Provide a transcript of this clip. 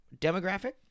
demographic